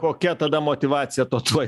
kokia tada motyvacija to tuoj